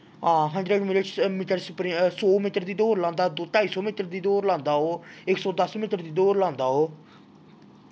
हां hundred metre सौ metre बी दौड़ लांदा ढाई सौ मीटर बी दौड़ लांदा ओह् इक सौ दस मीटर बी दौड़ लांदा ओह्